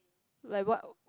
like what